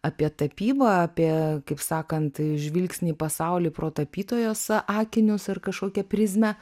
apie tapybą apie kaip sakant žvilgsnį į pasaulį pro tapytojos akinius ar kažkokią prizmę